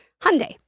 Hyundai